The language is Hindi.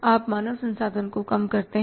आप मानव संसाधन को कम करते हैं